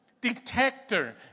detector